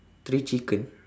three chicken